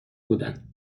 بودن